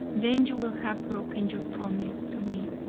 then you will have broken your promise to me.